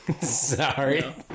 Sorry